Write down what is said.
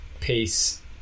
peace